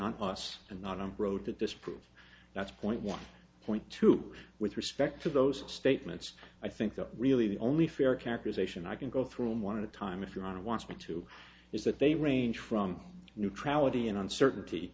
on us and not a road to disprove that's point one point two with respect to those statements i think that really the only fair characterization i can go through in one of the time if you are wants me to is that they range from neutrality and uncertainty